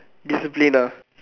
discipline ah